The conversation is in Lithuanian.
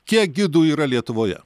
kiek gidų yra lietuvoje